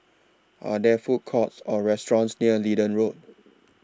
Are There Food Courts Or restaurants near Leedon Road